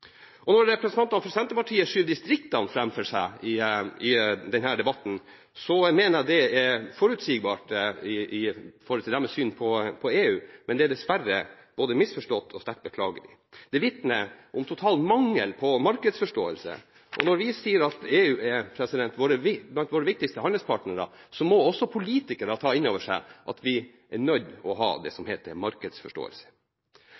Når representantene for Senterpartiet skyver distriktene framfor seg i denne debatten, mener jeg det er forutsigbart med tanke på deres syn på EU, men det er dessverre både misforstått og sterkt beklagelig. Det vitner om en total mangel på markedsforståelse. Når vi sier at EU er blant våre viktigste handelspartnere, må også politikere ta inn over seg at vi er nødt til å ha det som